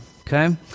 okay